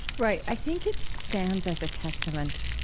right. i think it stands as a testament,